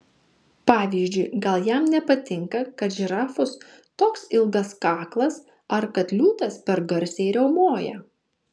pavyzdžiui gal jam nepatinka kad žirafos toks ilgas kaklas ar kad liūtas per garsiai riaumoja